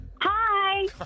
Hi